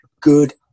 good